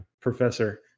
Professor